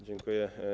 Dziękuję.